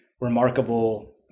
remarkable